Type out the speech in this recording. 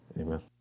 Amen